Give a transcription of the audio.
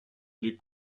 les